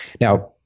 Now